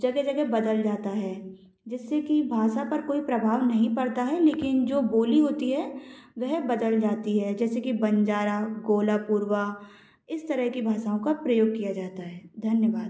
जगह जगह बदल जाता है जिससे कि भाषा पर कोई प्रभाव नहीं पड़ता है लेकिन जो बोली होती है वह बदल जाती है जैसे कि बंजारा कोल्हापुरवा इस तरह की भाषाओं का प्रयोग किया जाता है धन्यवाद